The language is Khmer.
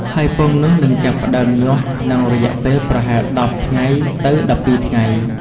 ហើយពងនោះនឹងចាប់ផ្តើមញាស់ក្នុងរយៈពេលប្រហែល ១០ ថ្ងៃទៅ ១២ ថ្ងៃ។